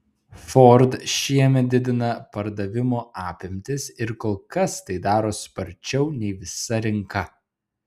ford šiemet didina pardavimo apimtis ir kol kas tai daro sparčiau nei visa rinka